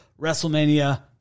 WrestleMania